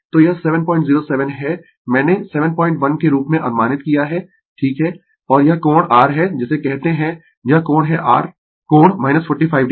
तो यह 707 है मैंने 71 के रूप में अनुमानित किया है ठीक है और यह कोण r है जिसे कहते है यह कोण है r कोण 45 o